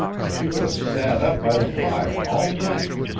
she would have sat up by the fire all night.